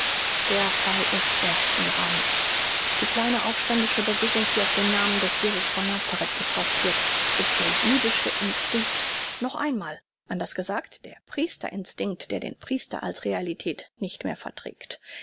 der fall ist ersten rangs die kleine aufständische bewegung die auf den namen des jesus von nazareth getauft wird ist der jüdische instinkt noch einmal anders gesagt der priester instinkt der den priester als realität nicht mehr verträgt